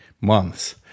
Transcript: months